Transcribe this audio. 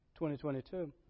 2022